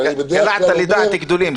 כיוונת לדעת גדולים.